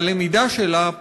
הלמידה שלה,